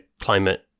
climate